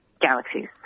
galaxies